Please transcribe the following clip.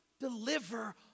deliver